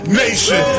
nation